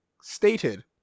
stated